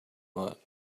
lot